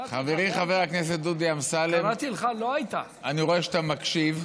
חברי חבר הכנסת דודי אמסלם, אני רואה שאתה מקשיב,